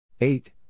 Eight